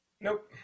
nope